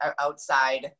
outside